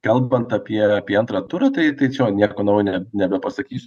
kalbant apie apie antrą turą tai tai čia jau nieko naujo ne nebepasakysiu